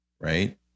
Right